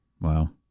Wow